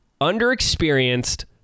underexperienced